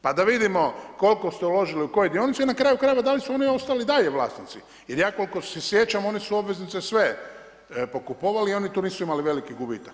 Pa da vidimo koliko ste uložili u koje dionice i na kraju krajeva da li su oni ostali i dalje vlasnici jer ja koliko se sjećam, one su obveznice sve pokupovali i oni tu nisu imali velikih gubitaka.